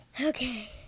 Okay